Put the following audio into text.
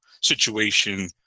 situation